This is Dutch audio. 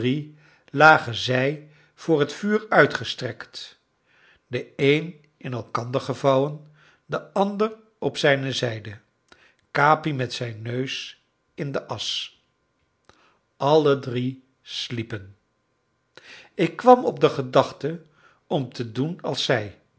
lagen zij voor het vuur uitgestrekt de een in elkander gevouwen de andere op zijne zijde capi met zijn neus in de asch alle drie sliepen ik kwam op de gedachte om te doen als zij